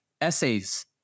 essays